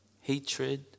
hatred